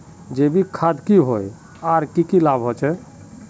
जैविक खाद की होय आर की की लाभ होचे?